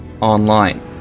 online